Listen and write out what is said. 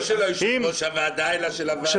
לא של יושב-ראש הוועדה, אלא של הוועדה.